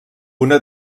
una